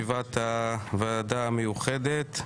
אני מתכבד לפתוח את ישיבת הוועדה המיוחדת.